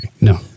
No